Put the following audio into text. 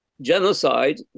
genocide